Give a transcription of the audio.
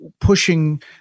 pushing